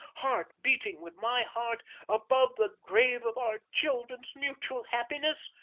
heart beating with my heart above the grave of our children's mutual happiness?